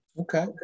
Okay